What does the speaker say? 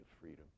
freedom